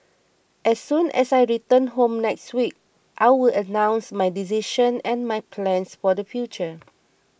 as soon as I return home next week I will announce my decision and my plans for the future